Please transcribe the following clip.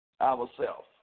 Ourself